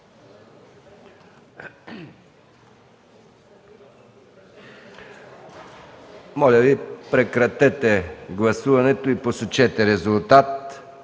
МИКОВ: Прекратете гласуването и посочете резултата.